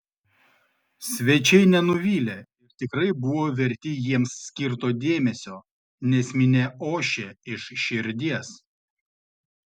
svečiai nenuvylė ir tikrai buvo verti jiems skirto dėmesio nes minia ošė iš širdies